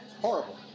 Horrible